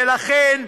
ולכן,